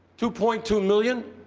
two point two million.